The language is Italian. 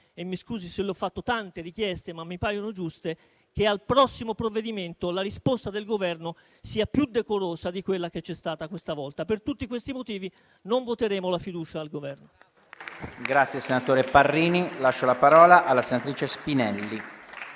e mi scusi se ho fatto tante richieste, ma mi paiono giuste - che al prossimo provvedimento la risposta del Governo sia più decorosa di quella che c'è stata questa volta. Per tutti questi motivi non voteremo la fiducia al Governo.